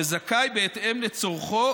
וזכאי בהתאם לצרכיו